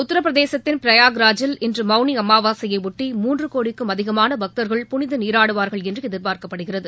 உத்தரப்பிரதேச மாநிலம் பிரயாக்ராஜில் இன்று மவுளி அமாவாசையயொட்டி மூன்று கோடிக்கும் அதிகமான பக்தர்கள் புனித நீராடுவார்கள் என்று எதிர்பார்க்கப்படுகிறது